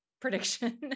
prediction